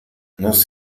nos